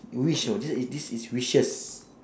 you wish you know this one is this is wishes